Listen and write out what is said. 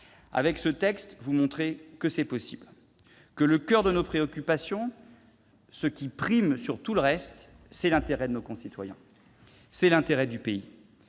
les sénateurs, vous montrez que c'est possible ; vous prouvez que le coeur de nos préoccupations, ce qui prime sur tout le reste, c'est l'intérêt de nos concitoyens, c'est l'intérêt du pays.